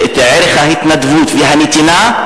ערך ההתנדבות והנתינה,